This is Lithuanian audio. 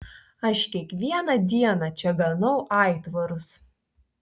aš kiekvieną dieną čia ganau aitvarus